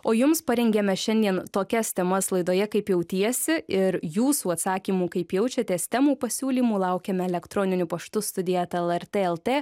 o jums parengėme šiandien tokias temas laidoje kaip jautiesi ir jūsų atsakymų kaip jaučiatės temų pasiūlymų laukiam elektroniniu paštu studija eta lrt lt